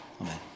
Amen